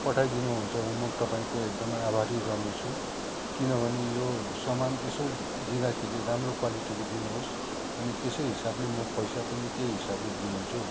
पठाइ दिनुहुन्छ भने म तपाईँको एकदम आभारी रहने छु किनभने यो सामान यसो दिँदाखेरि राम्रो क्वालिटीको दिनुहोस् अनि त्यसै हिसाबले म पैसा पनि त्यही हिसाबले दिनेछु